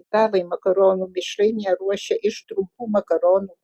italai makaronų mišrainę ruošia iš trumpų makaronų